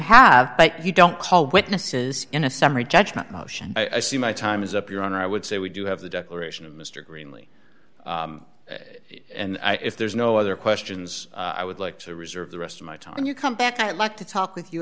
have but you don't call witnesses in a summary judgment motion i see my time is up your honor i would say we do have the declaration of mr greenlee and i if there's no other questions i would like to reserve the rest of my time when you come back i'd like to talk with you